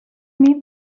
meet